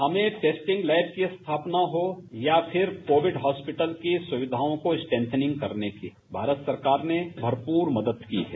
हमें testing lab की स्थारपना हो या फिर कोविड हॉस्पिटल की सुविधाओं को स्ट्रैं थनिंग करने की भारत सरकार ने भरपूर मदद की है